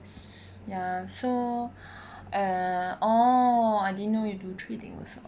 ya so oh I didn't know you do trading also